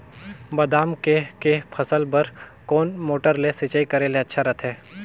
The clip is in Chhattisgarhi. बादाम के के फसल बार कोन मोटर ले सिंचाई करे ले अच्छा रथे?